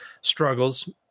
struggles